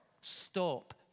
stop